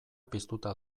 piztuta